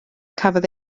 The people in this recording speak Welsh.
cafodd